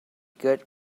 good